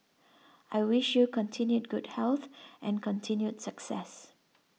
I wish you continued good health and continued success